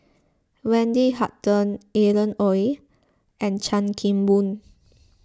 Wendy Hutton Alan Oei and Chan Kim Boon